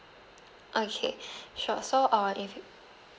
okay sure so uh if